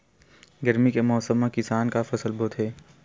गरमी के मौसम मा किसान का फसल बोथे?